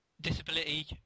Disability